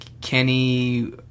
Kenny